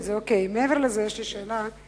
מעבר לזה, יש לי שאלה: